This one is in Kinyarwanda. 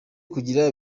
kugira